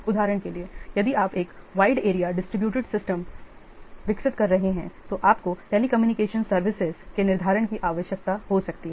उदाहरण के लिए यदि आप एक वाइड एरिया डिसटीब्युटेड सिस्टम विकसित कर रहे हैं तो आपको टेलीकम्युनिकेशन सर्विसेज के निर्धारण की आवश्यकता हो सकती है